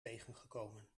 tegengekomen